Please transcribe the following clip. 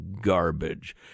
garbage